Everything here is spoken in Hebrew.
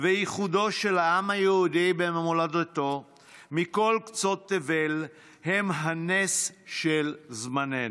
ואיחודו של העם היהודי במולדתו מכל קצות תבל הם הנס של זמננו.